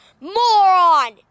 moron